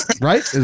Right